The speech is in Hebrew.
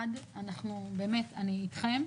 1. אני באמת אתכם,